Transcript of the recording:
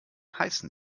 heißen